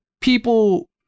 people